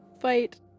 fight